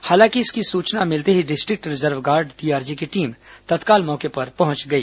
हालांकि इसकी सूचना मिलते ही डिस्ट्रिक्ट रिजर्व गार्ड डीआरजी की टीम तत्काल मौके पर पहुंच गई